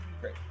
Great